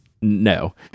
no